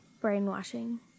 Brainwashing